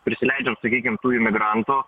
prisileidžiam sakykim tų imigrantų